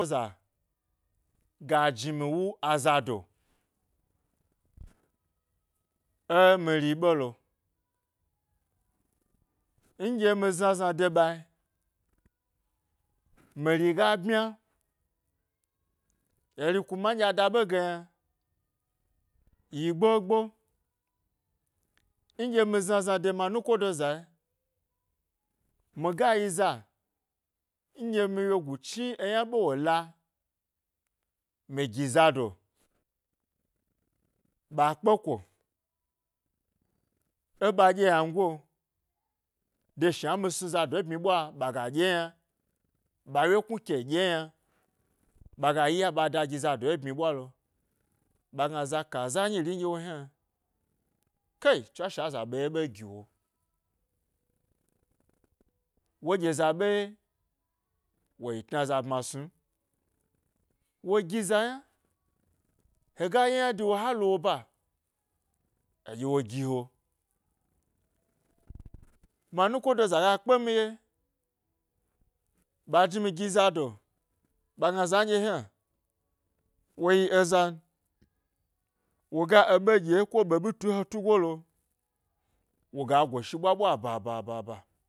Eza, ga jnimi wu azado, e mire ɓelo, nɗye mi znazna de ɓae miri ga bmya eri kuma nɗye ada ɓe ge yna yi gbo gbo, nɗye mi zna zna de mi anuko do zae miga yi za nɗye mi wyegu chni eyna ɓewola mi gi wyegu chni eyna ɓewola mi gi zado ɓa kpe ko, eɓa ɗye yango de shna mi snu zado eɓmyi ɓwa ɓaga ɗye yna ɓa wyeknu ke ɗye yna ɓaga iya ɓa da gi zado ebmyi ɓwa lo, ɓagna za ka zanyi ri nɗye wo hna, kai tswashe a za ɓe ye ɓe giwo, wo ɗye za ɓeye woyi tna za bmasnu m wogiza yna hega ye yna dewo ha lo wo ba eɗye wo gihe ma anukodo zaɓa kpemi ye ɓa jni mi gi zado, ɓa gna za nɗye hna woyi eza n woga eɓe ɗye ko ɓeɓi tu ehehetu golo woga goshi ɓwa, ɓwaba baba.